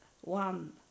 one